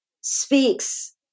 speaks